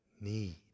need